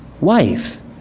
wife